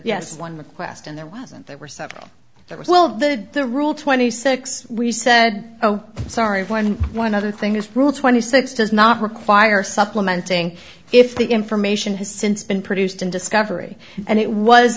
yes one request and there wasn't there were several that was well the the rule twenty six we said oh sorry one and one other thing is rule twenty six does not require supplementing if the information has since been produced in discovery and it was